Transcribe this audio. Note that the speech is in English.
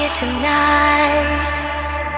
Tonight